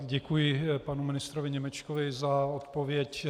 Děkuji panu ministrovi Němečkovi za odpověď.